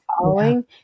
following